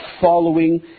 following